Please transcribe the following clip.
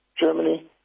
Germany